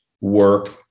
work